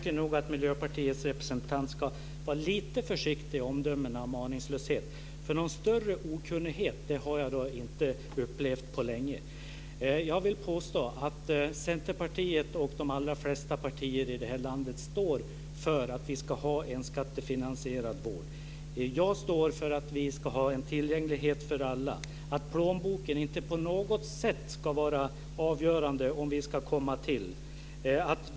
Fru talman! Miljöpartiets representant borde vara lite försiktig med omdömen om aningslöshet. Större okunnighet har jag inte upplevt på länge. Jag vill påstå att Centerpartiet - och de allra flesta partier här i landet - står för att vi ska ha en skattefinansierad vård. Jag står för att den ska vara tillgänglig för alla. Plånboken ska inte på något sätt vara avgörande för om man kommer till.